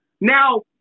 Now